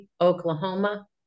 Oklahoma